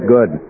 Good